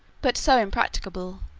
but so impracticable